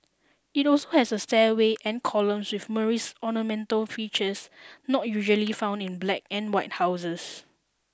it also has a stairway and columns with Moorish ornamental features not usually found in black and white houses